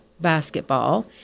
basketball